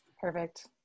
Perfect